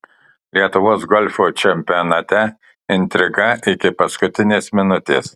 lietuvos golfo čempionate intriga iki paskutinės minutės